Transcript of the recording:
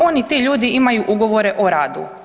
Oni, ti ljudi imaju ugovore o radu.